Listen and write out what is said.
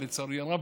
לצערי הרב,